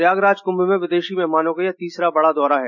प्रयागराज क्म्म में विदेशी मेहमानों का यह तीसरा बड़ा दौरा है